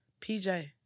PJ